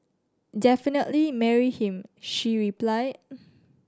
definitely marry him she reply